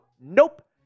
nope